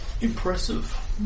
impressive